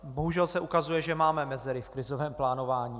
Bohužel se ukazuje, že máme mezery v krizovém plánování.